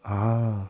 ah